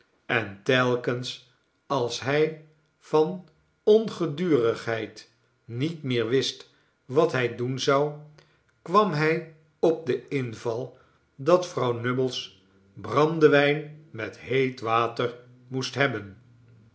en telkens als hij van ongedurigheid niet meer wist wat hij doen zou kwam hij op den inval dat vrouw nubbles brandewijn met heet water moest hebben